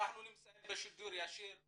אנחנו נמצאים בשידור ישיר,